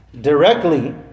directly